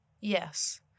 Yes